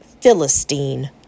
Philistine